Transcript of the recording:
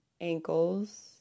ankles